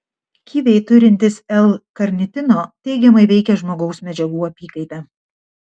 kiviai turintys l karnitino teigiamai veikia žmogaus medžiagų apykaitą